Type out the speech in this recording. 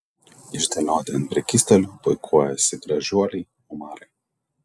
išdėlioti ant prekystalių puikuojasi gražuoliai omarai